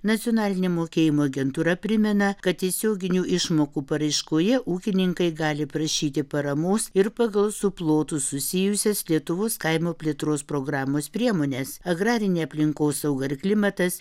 nacionalinė mokėjimo agentūra primena kad tiesioginių išmokų paraiškoje ūkininkai gali prašyti paramos ir pagal su plotu susijusias lietuvos kaimo plėtros programos priemones agrarinė aplinkosauga ir klimatas